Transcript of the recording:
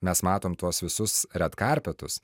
mes matom tuos visus red karpetus